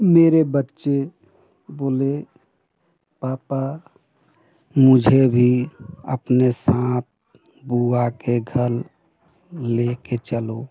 मेरे बच्चे बोले पापा मुझे भी अपने साथ बुआ के घर ले कर चलो